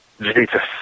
Jesus